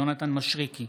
יונתן מישרקי,